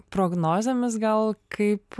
prognozėmis gal kaip